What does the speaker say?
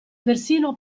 persino